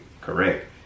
Correct